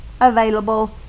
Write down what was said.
available